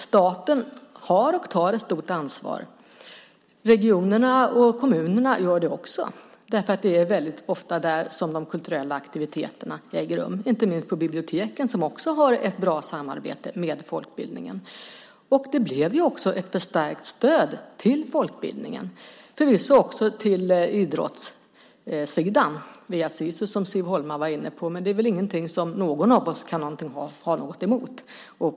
Staten har och tar ett stort ansvar. Regionerna och kommunerna gör det också. Det är väldigt ofta där som de kulturella aktiviteterna äger rum, inte minst på biblioteken som har ett bra samarbete med folkbildningen. Det blev också ett förstärkt stöd till folkbildningen, förvisso också till idrottssidan via Sisu, som Siv Holma var inne på, men det är väl inget som någon av oss kan ha något emot.